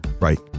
Right